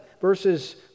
Verses